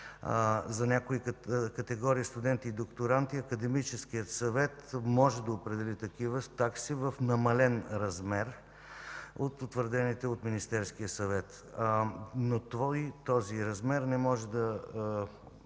За някои категории студенти и докторанти Академическият съвет може да определи такива такси в намален размер от утвърдените от Министерския съвет, но този размер не може да